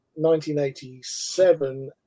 1987